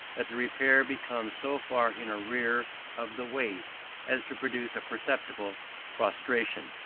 that the repair becomes so far in arrear of the waste as to produce a perceptible prostration.